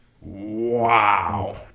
Wow